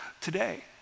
today